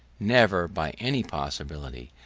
never, by any possibility,